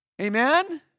Amen